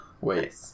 Wait